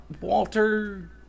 Walter